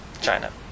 China